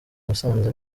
musanze